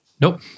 Nope